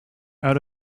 out